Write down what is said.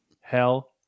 Hell